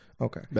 Okay